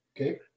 Okay